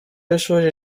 w’ishuri